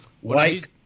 white